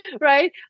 Right